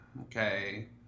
Okay